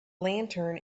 lantern